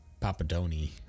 Papadoni